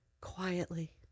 quietly